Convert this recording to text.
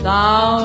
Thou